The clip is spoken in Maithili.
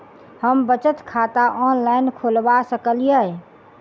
हम बचत खाता ऑनलाइन खोलबा सकलिये?